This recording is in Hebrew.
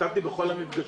השתתפתי בכל המפגשים,